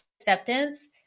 acceptance